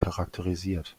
charakterisiert